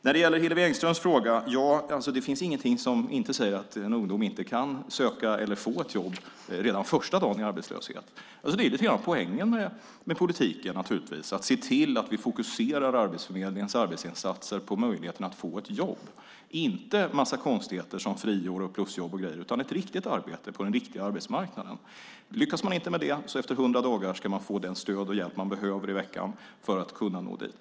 När det gäller Hillevi Engströms fråga finns det inget som säger att en ungdom inte kan söka eller få ett jobb redan första dagen i arbetslöshet. Det är lite grann poängen med politiken att se till att vi fokuserar Arbetsförmedlingens arbetsinsatser på möjligheten att få ett jobb, inte på en massa konstigheter som friår, plusjobb och grejer utan ett riktigt arbete på den riktiga arbetsmarknaden. Lyckas man inte få det ska man efter 100 dagar få det stöd och den hjälp man behöver i veckan för att kunna nå dit.